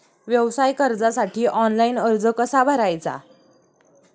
व्यवसाय कर्जासाठी ऑनलाइन अर्ज कसा भरायचा?